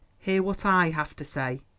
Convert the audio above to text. hear what i have to say.